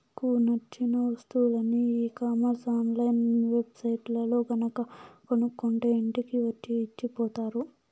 మనకు నచ్చిన వస్తువులని e commerce online web సైట్లల్లో గనక కొనుక్కుంటే ఇంటికి వచ్చి ఇచ్చిపోతారు